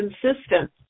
consistent